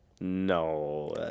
No